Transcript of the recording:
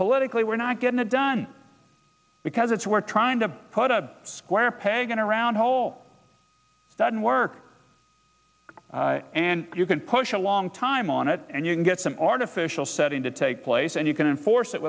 politically we're not getting it done because it's we're trying to put a square peg in a round hole doesn't work and you can push a long time on it and you can get some artificial setting to take place and you can enforce it